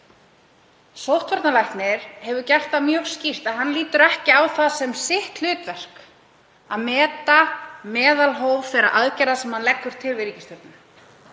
Sóttvarnalæknir hefur sagt það mjög skýrt að hann líti ekki á það sem sitt hlutverk að meta meðalhóf þeirra aðgerða sem hann leggur til við ríkisstjórnina.